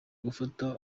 gufata